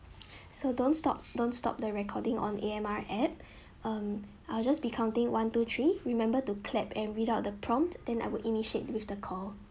so don't stop don't stop the recording on A_M_R app um I'll just be counting one two three remember to clap and read out the prompt then I would initiate with the call